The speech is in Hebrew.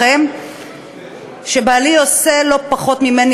לכם שבעלי עושה לא פחות ממני,